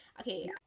okay